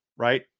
Right